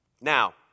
Now